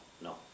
No